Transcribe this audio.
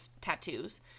tattoos